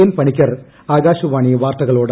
N Panicker Akashvani വാർത്തകളോട്